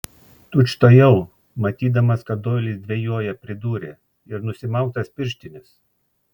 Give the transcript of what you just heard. tučtuojau matydamas kad doilis dvejoja pridūrė ir nusimauk tas pirštines